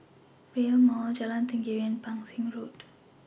Rail Mall Jalan Tenggiri and Pang Seng Road